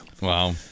Wow